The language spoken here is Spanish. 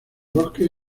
bosques